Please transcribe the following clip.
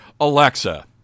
Alexa